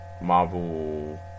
Marvel